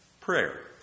Prayer